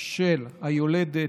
של היולדת,